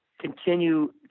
continue